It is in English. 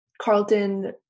Carlton